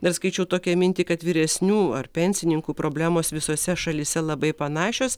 dar skaičiau tokią mintį kad vyresnių ar pensininkų problemos visose šalyse labai panašios